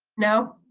no.